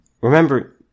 remember